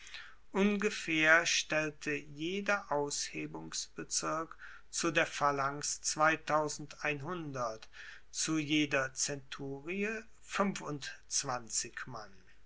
ungefaehr stellte jeder aushebungsbezirk zu der phalanx zu jeder zenturie mann